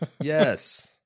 yes